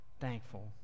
thankful